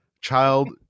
child